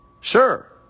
Sure